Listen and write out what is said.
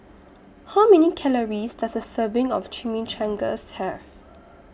How Many Calories Does A Serving of Chimichangas Have